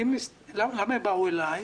למה הם באו אליי?